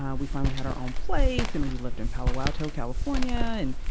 um we finally had our own place, and we lived in palo alto, california. and,